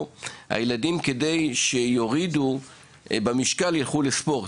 שהילדים יורידו במשקל הם יפנו לספורט.